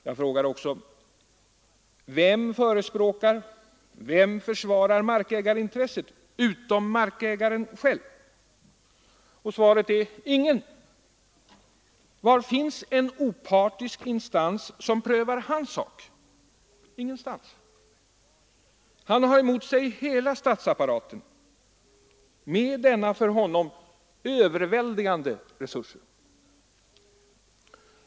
Jag frågar också: Vem förespråkar och försvarar markägarintresset utom markägaren själv? Svaret är: Ingen! Var finns en opartisk instans som prövar hans sak? Ingenstans! Han har emot sig hela statsapparaten med dennas för honom överväldigande resurser.